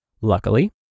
Luckily